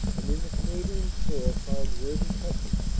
and in the canadian corps found worthy company.